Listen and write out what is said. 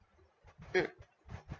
mm